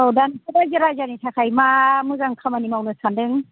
दा नोंसोर रायजो राजानि थाखाय मा मोजां खामानि मावनो सानदों